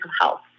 health